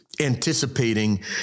anticipating